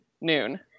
noon